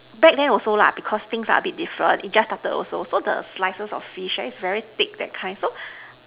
back then also lah because things are a bit different it just started also so the slices of fish right is very thick that kind so